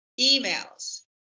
emails